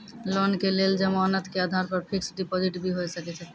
Loan के लेल जमानत के आधार पर फिक्स्ड डिपोजिट भी होय सके छै?